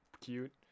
cute